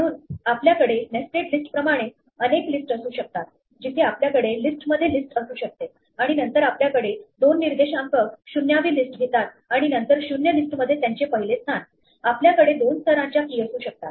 म्हणून आपल्याकडे nested list प्रमाणेच अनेक लिस्ट असू शकतात जिथे आपल्याकडे लिस्ट मध्ये लिस्ट असू शकते आणि नंतर आपल्याकडे दोन निर्देशांक 0 वी लिस्ट घेतात आणि नंतर 0 लिस्टमध्ये त्यांचे पहिले स्थान आपल्याकडे दोन स्तरांच्या key असू शकतात